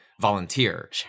volunteer